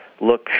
look